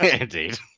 Indeed